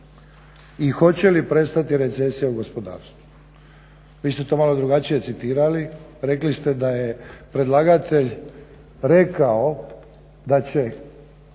i hoće li prestati recesija u gospodarstvu. Vi ste to malo drugačije citirali, rekli ste da je predlagatelj rekao da će